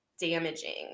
damaging